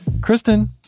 Kristen